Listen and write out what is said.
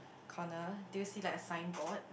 corner do you see like a signboard